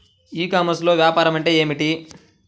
ఈ కామర్స్లో వ్యాపారం అంటే ఏమిటి?